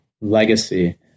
legacy